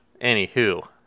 Anywho